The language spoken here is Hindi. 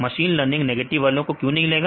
मशीन लर्निंग नेगेटिव वालों को क्यों नहीं लेगा